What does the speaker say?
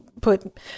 put